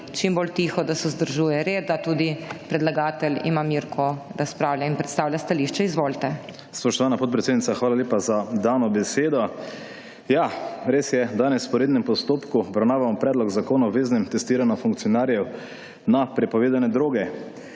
čim bolj tiho, da se vzdržuje red, da tudi predlagatelj ima mir, ko razpravlja in predstavlja stališče. Izvolite. **MAG. DEJAN KALOH (PS SDS):** Spoštovana podpredsednica, hvala lepa za dano besedo. Ja, res je, danes po rednem postopku obravnavamo predlog zakona o obveznem testiranju funkcionarjev na prepovedane droge.